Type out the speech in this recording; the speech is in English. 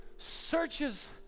searches